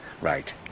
Right